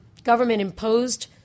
government-imposed